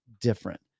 different